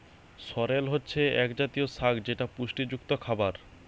সরেল হচ্ছে এক জাতীয় শাক যেটা পুষ্টিযুক্ত খাবার